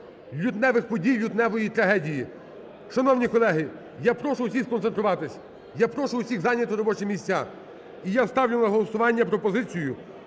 лютневих подій, лютневої трагедії. Шановні колеги, я прошу всіх сконцентруватись. Я прошу всіх зайняти робочі місця, і я ставлю на голосування пропозицію